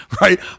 right